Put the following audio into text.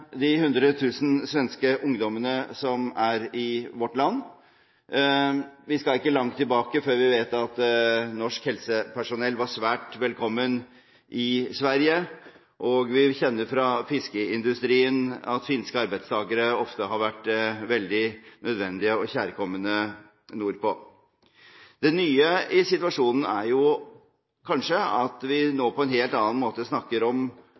de hundre tusen svenske ungdommene som er i vårt land. Vi skal ikke langt tilbake før vi vet at norsk helsepersonell var svært velkommen i Sverige, og vi kjenner fra fiskeindustrien at finske arbeidstakere ofte har vært veldig nødvendige og kjærkomne nordpå. Det nye i situasjonen er kanskje at vi nå på en helt annen måte snakker om